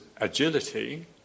agility